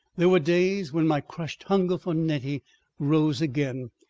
there were days when my crushed hunger for nettie rose again,